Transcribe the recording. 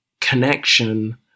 connection